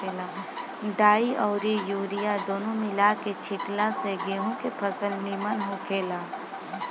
डाई अउरी यूरिया दूनो मिला के छिटला से गेंहू के फसल निमन होखेला